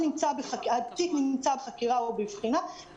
התיק נמצא בחקירה או בבחינה,